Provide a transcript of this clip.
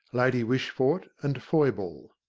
lady wishfort and foible.